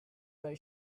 they